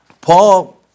Paul